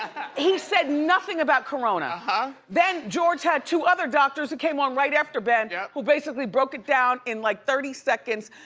he said nothing about corona. and then george had two other doctors who came on right after ben, yeah who basically broke it down in like thirty seconds.